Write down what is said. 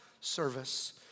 service